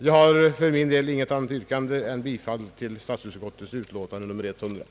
Jag har inget annat yrkande än bifall till statsutskottets hemställan.